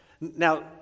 Now